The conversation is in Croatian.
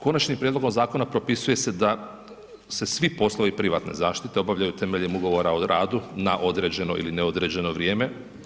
Konačnim prijedlogom zakona propisuje se da se svi poslovi privatne zaštite obavljaju temeljem ugovora o rada na određeno ili neodređeno vrijeme.